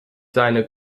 seine